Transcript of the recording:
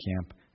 camp